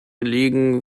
liegen